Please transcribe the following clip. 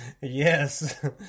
Yes